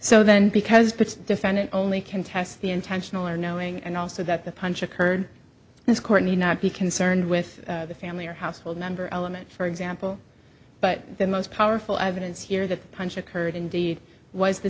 so then because pitts defendant only contests the intentional or knowing and also that the punch occurred this court may not be concerned with the family or household member element for example but the most powerful evidence here that the punch occurred indeed was the